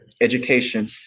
education